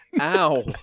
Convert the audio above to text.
Ow